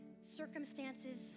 circumstances